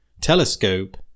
telescope